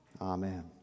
Amen